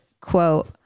quote